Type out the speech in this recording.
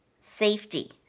safety